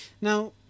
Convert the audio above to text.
Now